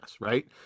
right